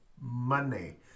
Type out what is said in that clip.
money